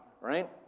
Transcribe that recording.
Right